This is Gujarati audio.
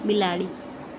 બિલાડી